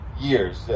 years